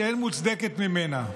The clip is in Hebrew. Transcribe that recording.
שאין מוצדקת ממנה.